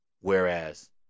Whereas